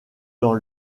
dans